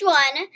one